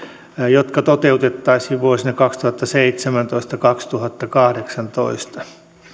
jotka toteutettaisiin vuosina kaksituhattaseitsemäntoista viiva kaksituhattakahdeksantoista